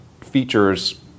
features